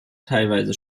teilweise